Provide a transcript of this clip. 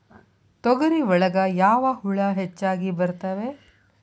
ತೊಗರಿ ಒಳಗ ಯಾವ ಹುಳ ಹೆಚ್ಚಾಗಿ ಬರ್ತವೆ?